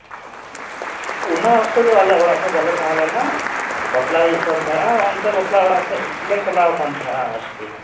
ᱚᱱᱟ ᱚᱠᱛᱚ ᱫᱚ ᱟᱞᱮ ᱚᱲᱟᱜ ᱨᱮ ᱵᱟᱞᱮ ᱛᱟᱦᱮᱸ ᱞᱮᱱᱟ ᱵᱟᱯᱞᱟ ᱦᱩᱭᱩᱜ ᱠᱟᱱ ᱛᱟᱦᱮᱸᱫᱼᱟ ᱚᱱᱛᱮ ᱵᱟᱯᱞᱟ ᱚᱲᱟᱜ ᱥᱮᱫ ᱞᱮ ᱪᱟᱞᱟᱣ ᱟᱠᱟᱱ ᱛᱟᱦᱮᱸᱫᱼᱟ ᱟᱨᱠᱤ